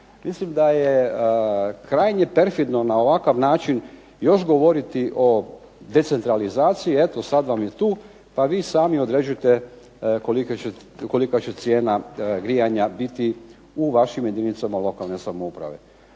Mislim da je krajnje perfidno na ovakav način još govoriti o decentralizaciji. Eto sad vam je tu pa vi sami određujte kolika će cijena grijanja biti u vašim jedinicama lokalne samouprave.